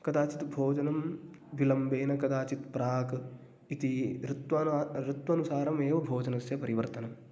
कदाचित् भोजनं विलम्बेन कदाचित् प्राक् इति ऋत्वना ऋत्वनुसारमेव भोजनस्य परिवर्तनं